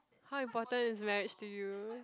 how important is marriage to you